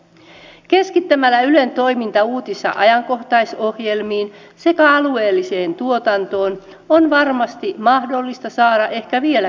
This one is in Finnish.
keskittämällä ylen toiminta uutis ja ajankohtaisohjelmiin sekä alueelliseen tuotantoon on varmasti mahdollista saada ehkä vieläkin säästöä